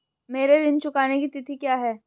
मेरे ऋण चुकाने की तिथि क्या है?